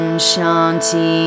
Shanti